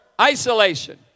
isolation